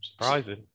Surprising